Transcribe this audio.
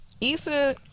Issa